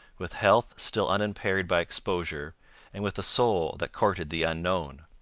with health still unimpaired by exposure and with a soul that courted the unknown.